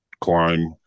climb